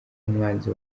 umwanzi